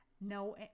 No